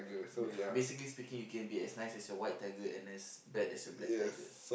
ba~ basically speaking it can be as nice as your white tiger and as bad as your black tiger